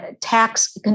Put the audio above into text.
Tax